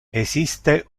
esiste